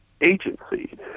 agency